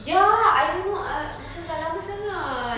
ya I don't know uh macam dah lama sangat